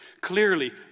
Clearly